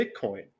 Bitcoin